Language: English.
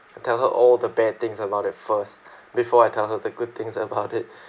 I'll tell her all the bad things about it first before I tell her the good things about it